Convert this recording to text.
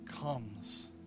comes